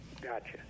gotcha